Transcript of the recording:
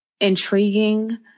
intriguing